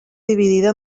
dividida